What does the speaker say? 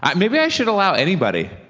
um maybe i should allow anybody.